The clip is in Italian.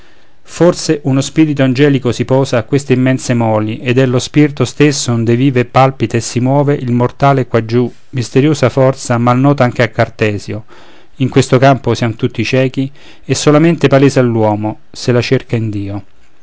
forse uno spirto angelico si sposa a queste immense moli ed è lo spirto stesso onde vive e palpita e si muove il mortale quaggiù misteriosa forza mal nota anche a cartesio in questo campo siam tutti ciechi e solamente palese all'uomo se la cerca in dio